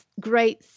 great